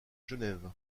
genève